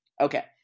Okay